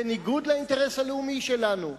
בניגוד לאינטרס הלאומי שלנו,